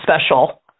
special